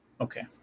Okay